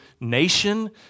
nation